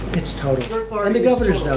it's total. ah and the governors know